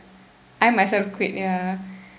I myself quit ya